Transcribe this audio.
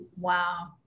wow